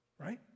right